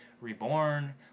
Reborn